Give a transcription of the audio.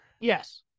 Yes